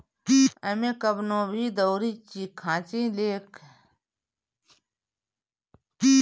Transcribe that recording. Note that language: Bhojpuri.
एमे कवनो भी दउरी खाची लेके लोग हाथ से ही मछरी पकड़ लेत हवे